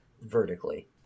Vertically